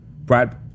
Brad